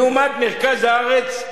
לעומת 9,000 שקלים במרכז הארץ.